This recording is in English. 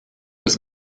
was